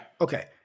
Okay